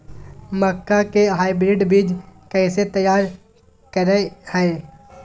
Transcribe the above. मक्का के हाइब्रिड बीज कैसे तैयार करय हैय?